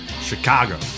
Chicago